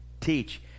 teach